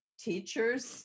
teachers